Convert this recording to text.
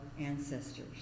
ancestors